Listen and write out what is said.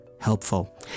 helpful